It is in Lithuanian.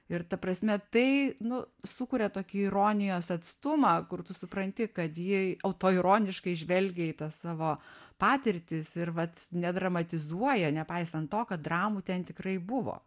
ir ta prasme tai nu sukuria tokį ironijos atstumą kur tu supranti kad ji autoironiškai žvelgia į tas savo patirtis ir vat nedramatizuoja nepaisant to kad dramų ten tikrai buvo